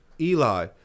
Eli